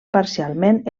parcialment